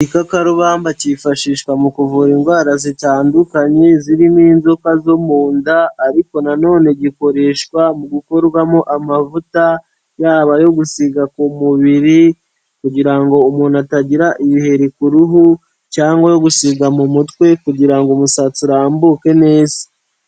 Igikakarubamba kifashishwa mu kuvura indwara zitandukanye zirimo inzoka zo mu nda ariko na none gikoreshwa mu gukorwamo amavuta, yaba ayo gusiga ku mubiri kugira ngo umuntu atagira ibiheri ku ruhu cyangwa gusiga mu mutwe kugira ngo umusatsi urambuke neza.